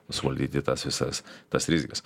suvaldyti tas visas tas rizikas